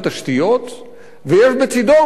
ויש בצדו מועצה מייעצת,